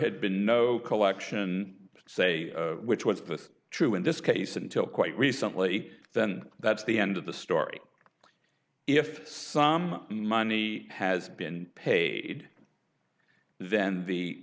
had been no collection say which was both true in this case until quite recently then that's the end of the story if some money has been paid then the